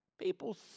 People